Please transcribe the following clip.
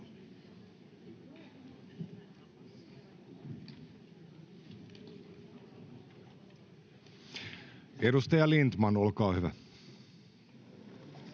Edustaja Lindtman, olkaa hyvä.